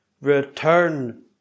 return